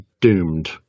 doomed